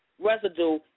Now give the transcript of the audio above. residue